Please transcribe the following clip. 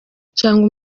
cyangwa